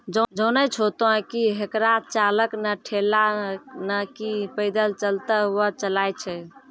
जानै छो तोहं कि हेकरा चालक नॅ ठेला नाकी पैदल चलतॅ हुअ चलाय छै